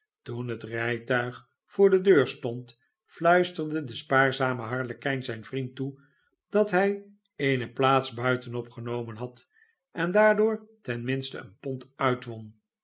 toen het rijtuig voor de deur stond huisterde de spaarzame harlekijn zijn vriend toe dat hij eene plaats buitenop genomen had en daardoor ten minste een pond